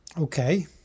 okay